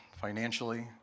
financially